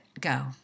go